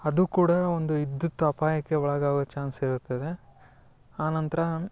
ಅದು ಕೂಡ ಒಂದು ವಿದ್ಯುತ್ ಅಪಾಯಕ್ಕೆ ಒಳಗಾಗುವ ಚಾನ್ಸ್ ಇರುತ್ತದೆ ಆನಂತರ